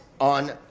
on